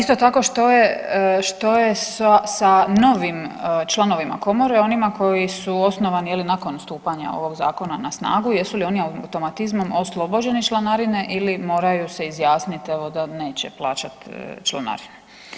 Isto tako, što je sa novim članovima Komore, onima koji su osnovani, je li, nakon stupanja ovog Zakona na snagu, jesu li oni automatizmom oslobođeni članarine ili moraju se izjasniti, evo, da neće plaćati članarinu?